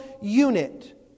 unit